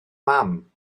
mam